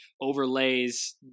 overlays